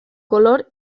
color